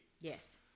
Yes